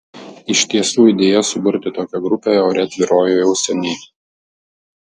iš tiesų idėja suburti tokią grupę ore tvyrojo jau seniai